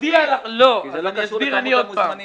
אז כן אפשר להעסיק מישהו אחר.